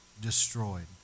destroyed